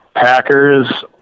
Packers